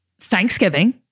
Thanksgiving